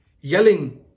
Yelling